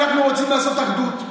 אנחנו רוצים לעשות אחדות.